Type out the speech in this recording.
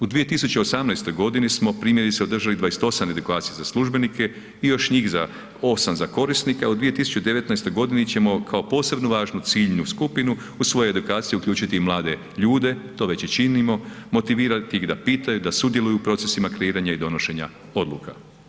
U 2018. godini smo, primjerice održali 29 edukacija za službenike i još njih 8 za korisnike, a u 2019. godini ćemo kao posebno važnu ciljnu skupinu, u svoju edukaciju uključiti i mlade ljude, to već i činimo, motivirati ih da pitaju, da sudjeluju u procesima kreiranja i donošenja odluka.